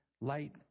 light